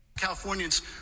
Californians